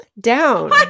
down